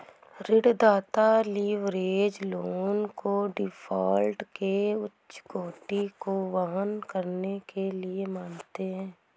ऋणदाता leverage loan को default के उच्च जोखिम को वहन करने के लिए मानते हैं